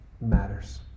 matters